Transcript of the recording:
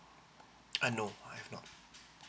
uh no I have not